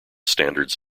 standards